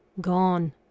Gone